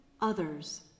others